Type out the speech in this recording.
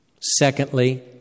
Secondly